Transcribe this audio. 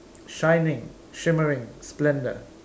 shining shimmering splendour